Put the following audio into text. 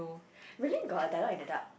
really got a dialogue in the dark